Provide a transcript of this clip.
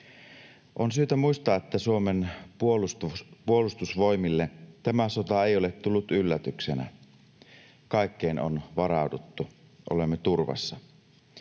On syytä muistaa, että Suomen puolustusvoimille tämä sota ei ole tullut yllätyksenä. Kaikkeen on varauduttu, olemme turvassa.